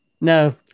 No